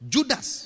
Judas